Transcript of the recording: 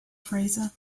frazer